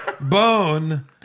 Bone